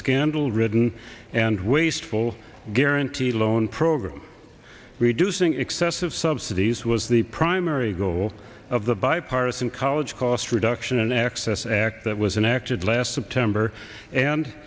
scandal ridden and wasteful guaranteed loan program reducing excessive subsidies was the primary goal of the bipartisan college cost reduction and access act that was in acted like last september and